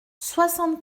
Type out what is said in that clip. soixante